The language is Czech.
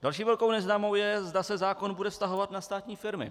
Další velkou neznámou je, zda se zákon bude vztahovat na státní firmy.